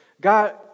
God